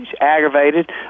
aggravated